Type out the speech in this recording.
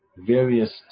various